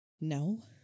No